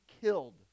killed